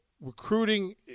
Recruiting